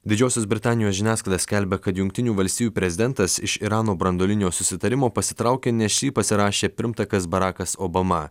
didžiosios britanijos žiniasklaida skelbia kad jungtinių valstijų prezidentas iš irano branduolinio susitarimo pasitraukė nes šį pasirašė pirmtakas barakas obama